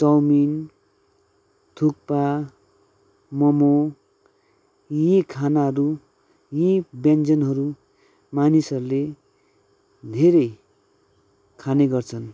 chowmein thukpa momo यी खानाहरू यी व्यञ्जनहरू मानिसहरूले धेरै खाने गर्छन्